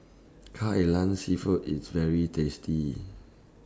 Kai Lan Seafood IS very tasty